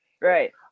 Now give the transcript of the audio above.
right